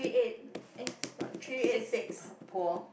um eh what six uh 婆